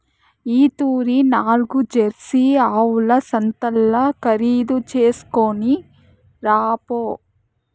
ఈ తూరి నాల్గు జెర్సీ ఆవుల సంతల్ల ఖరీదు చేస్కొని రాపో